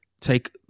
take